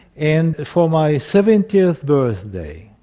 and for my seventieth birthday.